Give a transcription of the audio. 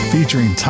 Featuring